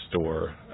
store